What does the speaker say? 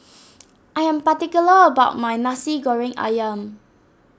I am particular about my Nasi Goreng Ayam